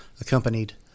accompanied